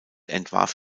entwarf